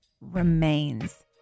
remains